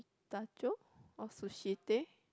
Itacho or Sushi-Tei